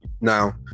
now